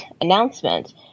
announcement